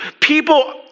people